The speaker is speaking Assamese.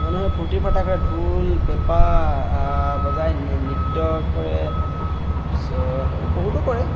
মানুহে ফূৰ্তি ফাৰ্তা কৰে ঢোল পেঁপা বজাই নৃত্য কৰে তাৰপিছত আৰু বহুতো কৰে